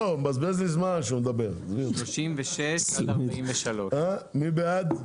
36 עד 43. מי בעד?